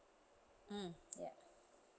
mm ya